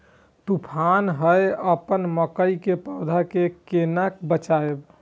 तुफान है अपन मकई के पौधा के केना बचायब?